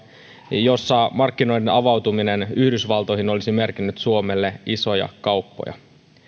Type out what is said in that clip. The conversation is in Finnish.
jolla markkinoiden avautuminen yhdysvaltoihin olisi merkinnyt suomelle isoja kauppoja